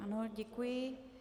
Ano, děkuji.